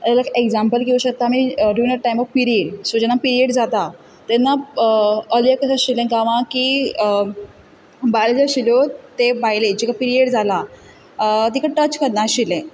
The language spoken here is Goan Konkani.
एज अ एक्जाम्पल घेवूंक शकता आमी during the time of period so जेन्ना पिरियड जाता तेन्ना आदीं कितें आशिल्लें गांवांत की बायल ज्यो आशिल्ल्यो ते बायलेक जिका पिरियड जाला तिका टच करना आशिल्लें